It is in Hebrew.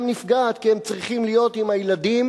נפגעת כי הם צריכים להיות עם הילדים,